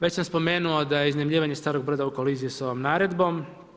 Već sam spomenuo da iznajmljivanje starog broda u koliziji s ovom naredbom.